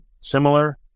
similar